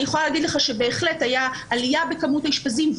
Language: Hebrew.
אני יכולה להגיד לך שבהחלט הייתה עלייה בכמות האשפוזים,